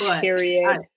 Period